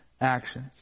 actions